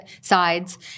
sides